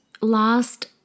last